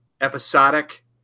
episodic